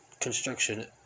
construction